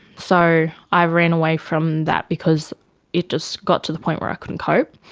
so i ran away from that because it just got to the point where i couldn't cope.